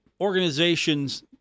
organizations